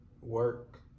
work